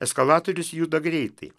eskalatorius juda greitai